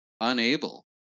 unable